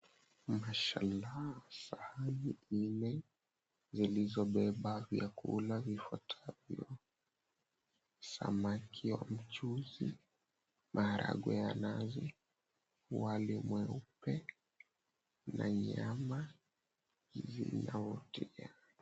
Mashalah! Sahani nne, zilizobeba vyakula vifuatavyo; samaki wa mchuzi, maharagwe ya nazi, wali mweupe, na nyama, vinavutia.